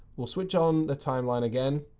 we'll switch on the timeline again,